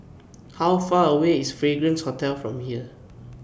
How Far away IS Fragrance Hotel from here